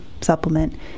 supplement